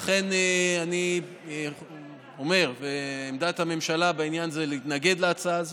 לכן אני אומר שעמדת הממשלה בעניין זה היא להתנגד להצעה הזאת.